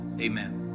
amen